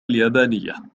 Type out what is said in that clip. اليابانية